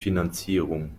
finanzierung